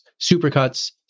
Supercuts